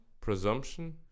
Presumption